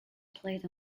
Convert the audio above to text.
played